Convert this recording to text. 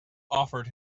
offered